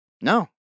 No